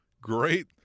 Great